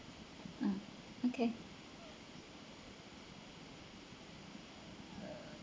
mm okay